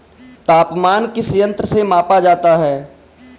तापमान किस यंत्र से मापा जाता है?